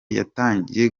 yatangiye